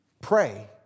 Pray